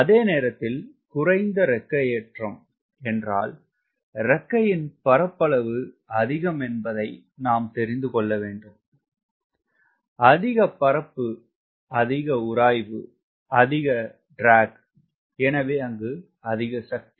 அதே நேரத்தில் குறைந்த இறக்கை ஏற்றம் என்றால் இறக்கை பரப்பளவு அதிகம் என்பதை நாம் தெரிந்து கொள்ள வேண்டும் அதிக பரப்பு அதிக உராய்வு அதிக ட்ராக் எனவே அதிக சக்தி